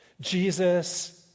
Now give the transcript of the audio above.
Jesus